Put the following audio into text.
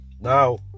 Now